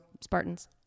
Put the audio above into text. Spartans